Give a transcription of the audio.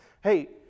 Hey